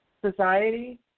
society